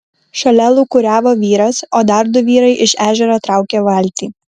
šalia lūkuriavo vyras o dar du vyrai iš ežero traukė valtį